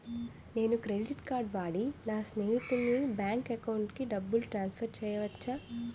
నేను credit card వాడి నా స్నేహితుని బ్యాంక్ అకౌంట్ కి డబ్బును ట్రాన్సఫర్ చేయచ్చా?